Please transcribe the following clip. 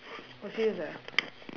oh serious ah